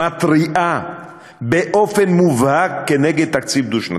מתריעה באופן מובהק כנגד תקציב דו-שנתי.